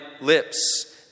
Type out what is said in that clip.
lips